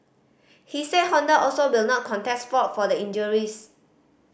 he said Honda also will not contest fault for the injuries